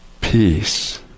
peace